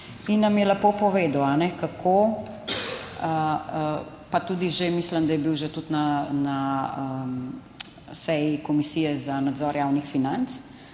in nam je lepo povedal, kako, pa tudi že, mislim, da je bil že tudi na seji Komisije za nadzor javnih financ,